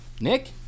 Nick